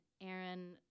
Aaron